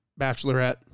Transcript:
Bachelorette